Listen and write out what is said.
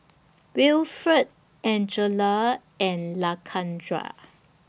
Wilfred Angella and Lakendra